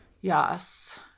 Yes